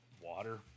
Water